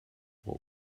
what